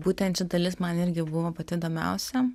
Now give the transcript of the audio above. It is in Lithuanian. būtent ši dalis man irgi buvo pati įdomiausia